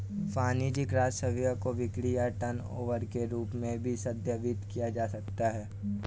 वाणिज्यिक राजस्व को बिक्री या टर्नओवर के रूप में भी संदर्भित किया जा सकता है